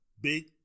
big